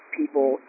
people